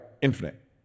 infinite